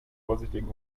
vorsichtigen